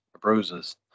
bruises